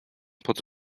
pod